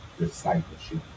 discipleship